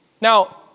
Now